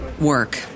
work